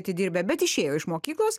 atidirbę bet išėjo iš mokyklos